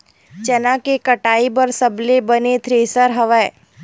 चना के कटाई बर सबले बने थ्रेसर हवय?